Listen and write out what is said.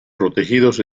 protegidos